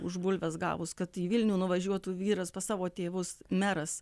už bulves gavus kad į vilnių nuvažiuotų vyras pas savo tėvus meras